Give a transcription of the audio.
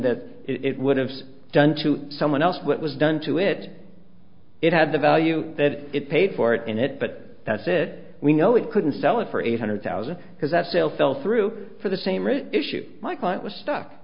that it would have done to someone else what was done to it it had the value that it paid for it and it but that's it we know it couldn't sell it for eight hundred thousand because that sale fell through for the same issue my client was stuck